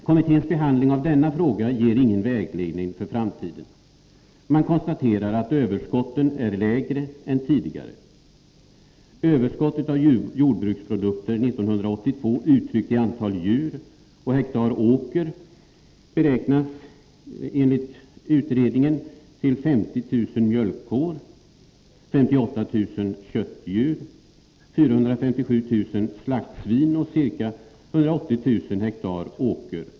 Kommitténs behandling av denna fråga ger ingen vägledning för framtiden. Man konstaterar att överskotten är lägre än tidigare. Överskottet av jordbruksprodukter 1982 uttryckt i antal djur och hektar åker beräknas enligt utredningen till 50 000 mjölkkor, 58 000 köttdjur, 457 000 slaktsvin och ca 180 000 hektar åker.